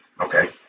Okay